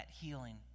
healing